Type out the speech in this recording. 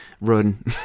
run